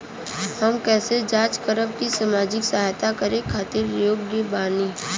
हम कइसे जांच करब की सामाजिक सहायता करे खातिर योग्य बानी?